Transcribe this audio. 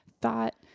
thought